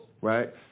Right